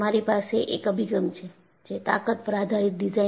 તમારી પાસે એક અભિગમ છે જે તાકત પર આધારિત ડિઝાઇન